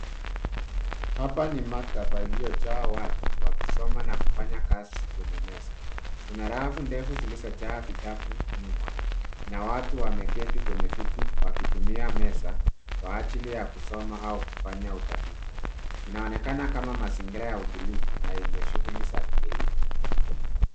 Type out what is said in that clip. Hapa ni maktaba iliyojaa watu wakisoma na kufanya kazi kwenye meza. Kuna rafu ndefu zilizojaa vitabu nyuma na watu wameketi kwenye viti wakitumia meza kwa ajili ya kusoma au kufanya utafiti. Inaonekana kama mazingira ya utulivu na yenye shughuli za kielimu.